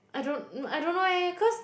I don't I don't know eh cause